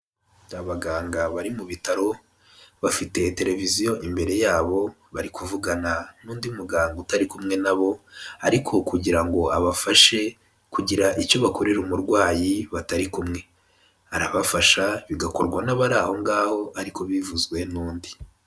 Abaganga bari mu bitaro bafite televiziyo imbere yabo, bari kuvugana n'undi muganga utari kumwe nabo, ariko kugira ngo abafashe kugira icyo bakorera umurwayi batari kumwe, arabafasha bigakorwa n'abari aho ngaho ariko bivuzwe n'undi.